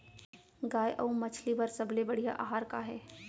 गाय अऊ मछली बर सबले बढ़िया आहार का हे?